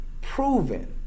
proven